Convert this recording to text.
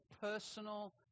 personal